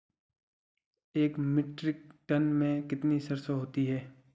एक metric ton में कितनी सरसों होती है?